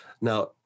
Now